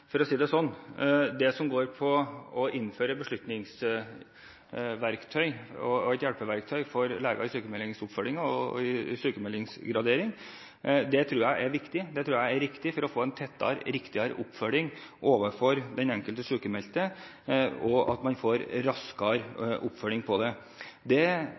for å si det slik: Å innføre beslutningsverktøy og et hjelpeverktøy for leger i sykmeldingsoppfølgingen og i sykmeldingsgraderingen tror jeg er viktig. Jeg tror det er riktig for å få en tettere og riktigere oppfølging av den enkelte sykmeldte, at man får raskere oppfølging ved dette. Dette er ikke en del av IA-avtalen. Det